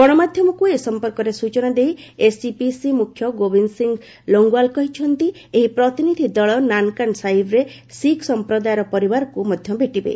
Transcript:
ଗଣମାଧ୍ୟମକୁ ଏ ସଂପର୍କରେ ସୂଚନା ଦେଇ ଏସ୍ଜିପିସି ମୁଖ୍ୟ ଗୋବିନ୍ଦ ସିଂ ଲୋଙ୍ଗୱାଲ କହିଛନ୍ତି ଏହି ପ୍ରତିନିଧି ଦଳ ନାନକାନ୍ ସାହିବରେ ଶିଖ୍ ସଂପ୍ରଦାୟର ପରିବାରକୁ ମଧ୍ୟ ଭେଟିବେ